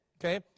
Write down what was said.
okay